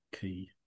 key